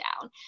down